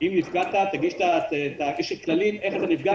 אם נפגעת יש כללים איך להגיש,